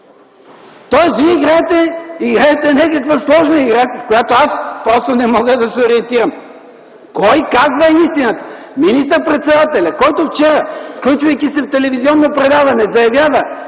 Тоест вие играете някаква сложна игра, в която аз просто не мога да се ориентирам. Кой казва истината – министър-председателят, който вчера, включвайки се в телевизионно предаване, заявява,